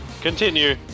Continue